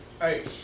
hey